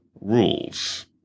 rules